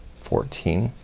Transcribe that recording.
fourteen,